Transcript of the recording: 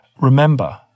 remember